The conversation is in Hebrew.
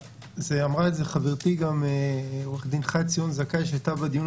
אמרה את זה חברתי עו"ד חי ציון זכאי שהיתה בדיון